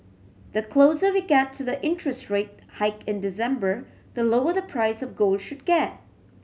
the closer we get to the interest rate hike in December the lower the price of gold should get